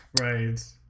right